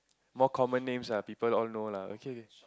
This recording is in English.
more common names ah people all know lah okay